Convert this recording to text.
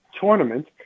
tournament